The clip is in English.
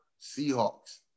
Seahawks